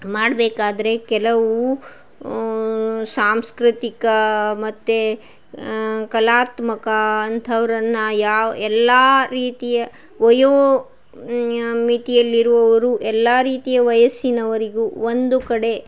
ಮಾಡಬೇಡ್ಬೇಕಾದ್ರೆ ಕೆಲವು ಸಾಂಸ್ಕೃತಿಕ ಮತ್ತು ಕಲಾತ್ಮಕ ಅಂಥವರನ್ನ ಯಾವ ಎಲ್ಲ ರೀತಿಯ ವಯೋ ಮಿತಿಯಲ್ಲಿರುವವರು ಎಲ್ಲ ರೀತಿಯ ವಯಸ್ಸಿನವರಿಗೂ ಒಂದು ಕಡೆ